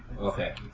Okay